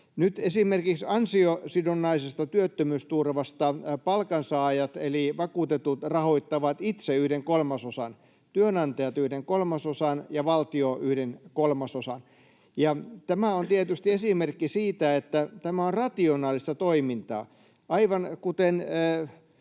Nyt esimerkiksi ansiosidonnaisesta työttömyysturvasta palkansaajat eli vakuutetut rahoittavat itse yhden kolmasosan, työnantajat yhden kolmasosan ja valtio yhden kolmasosan. Tämä on tietysti esimerkki siitä, että tämä on rationaalista toimintaa. Aivan samoin,